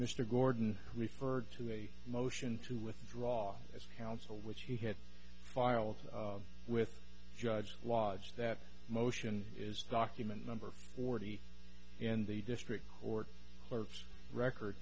mr gordon referred to a motion to withdraw as counsel which he had filed with judge lodge that motion is document number already in the district or clerk's record